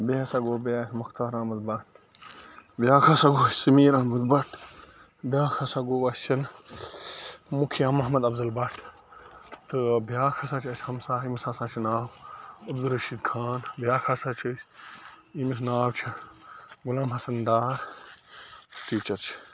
بیٚیہِ ہسا گوٚو بیٛاکھ مختار احمد بَٹ بیٛاکھ ہسا گوٚو سمیٖر احمد بَٹ بیٛاکھ ہسا گوٚو اَسٮ۪ن مُکھیا محمد افضل بٹ تہٕ بیٛاکھ ہسا چھِ اَسہِ ہمساے ییٚمِس ہسا چھُ ناو عبد الرشیٖد خان بیٛاکھ ہسا چھُ اَسہِ ییٚمِس ناو چھُ غلام حسن ڈار ٹیٖچر چھِ